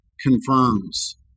confirms